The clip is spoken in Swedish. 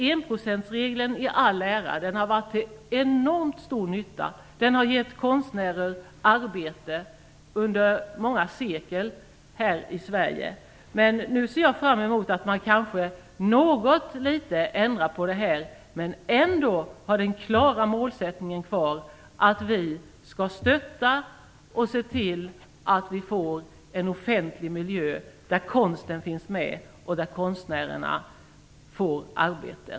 Enprocentsregeln i all ära, den har varit till enormt stor nytta. Den har gett konstnärer arbete under många sekel i Sverige. Nu ser jag fram emot att man något litet ändrar på det men ändå har det klara målet kvar att vi skall se till att vi får en offentlig miljö där konst finns med och där konstnärer får arbete.